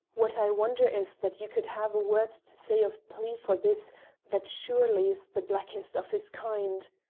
what i wonder is that you could have a word to say of plea for this that surely is the blackest of his kind.